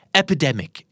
epidemic